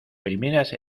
primeras